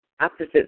opposite